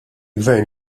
gvern